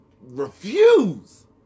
refuse